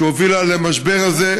שהובילה למשבר הזה,